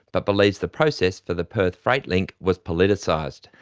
but believes the process for the perth freight link was politicised.